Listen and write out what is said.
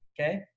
okay